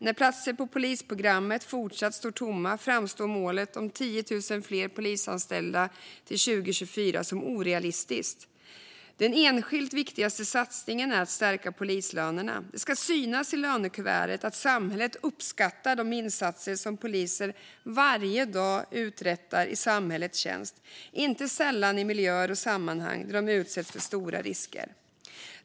När platser på polisprogrammet fortsatt står tomma framstår målet om 10 000 fler polisanställda till 2024 som orealistiskt. Den enskilt viktigaste satsningen är att stärka polislönerna. Det ska synas i lönekuvertet att samhället uppskattar de insatser som poliser varje dag uträttar i samhällets tjänst, inte sällan i miljöer och sammanhang där de utsätts för stora risker.